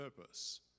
purpose